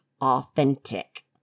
authentic